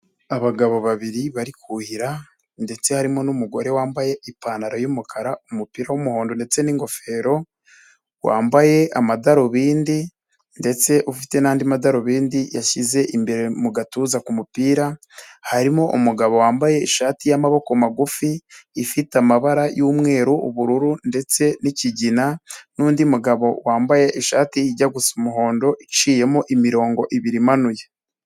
Abagabo babiri bari kuhira ndetse harimo n'umugore wambaye ipantaro y'umukara, umupira w'umuhondo ndetse n'ingofero, wambaye amadarubindi ndetse ufite n'andi madarubindi yashyize imbere mu gatuza k'umupira, harimo umugabo wambaye ishati y'amaboko magufi, ifite amabara y'umweru, ubururu ndetse n'ikigina, n'undi mugabo wambaye ishati ijya gusa umuhondo iciyemo imirongo ibiri imanuye.